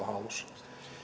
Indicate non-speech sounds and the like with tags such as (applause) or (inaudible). (unintelligible) hallussa